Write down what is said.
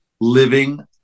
living